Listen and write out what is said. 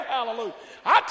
Hallelujah